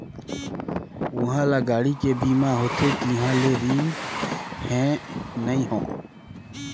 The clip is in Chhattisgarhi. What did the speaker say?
उहां ल गाड़ी के बीमा होथे तिहां ले रिन हें नई हों